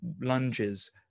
lunges